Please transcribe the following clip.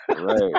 Right